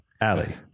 Ali